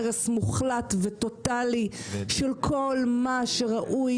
הרס מוחלט וטוטלי של כל מה שראוי,